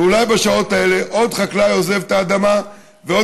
ואולי בשעות האלה עוד חקלאי עוזב את האדמה ועוד